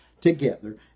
together